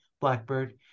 Blackbird